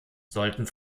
sollten